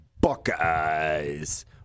Buckeyes